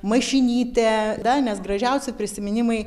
mašinytė da nes gražiausi prisiminimai